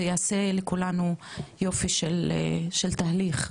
זה יעשה לכולנו יופי של תהליך.